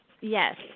Yes